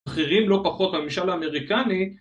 בכירים לא פחות בממשל האמריקנית